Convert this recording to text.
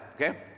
okay